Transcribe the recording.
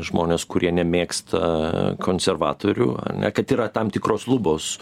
žmonės kurie nemėgsta konservatorių ar ne kad yra tam tikros lubos